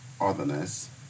otherness